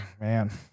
man